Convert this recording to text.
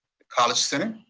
college center.